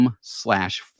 slash